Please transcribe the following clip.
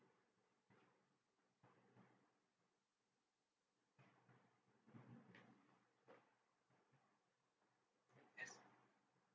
yes